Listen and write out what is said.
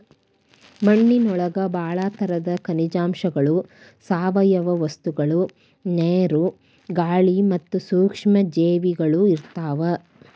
ಮಣ್ಣಿನೊಳಗ ಬಾಳ ತರದ ಖನಿಜಾಂಶಗಳು, ಸಾವಯವ ವಸ್ತುಗಳು, ನೇರು, ಗಾಳಿ ಮತ್ತ ಸೂಕ್ಷ್ಮ ಜೇವಿಗಳು ಇರ್ತಾವ